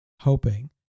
hoping